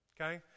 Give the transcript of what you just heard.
okay